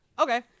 Okay